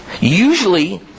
Usually